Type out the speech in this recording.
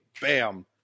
Bam